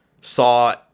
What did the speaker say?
saw